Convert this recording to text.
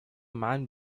man